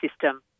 system